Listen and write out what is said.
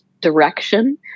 direction